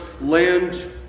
land